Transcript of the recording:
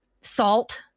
salt